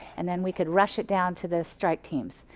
and then we could rush it down to the strike team.